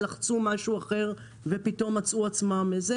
לחצו משהו אחר ופתאום מצאו את עצמם במקום אחר.